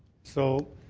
so,